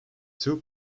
two